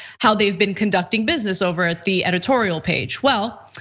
how they've been conducting business over at the editorial page, well,